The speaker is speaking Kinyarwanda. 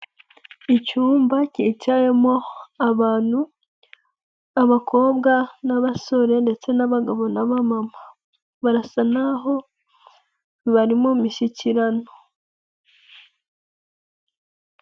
Icyumba cyicawemo abantu, abakobwa n'abasore ndetse n'abagabo n'abamama, barasa naho bari mu mishyikirano.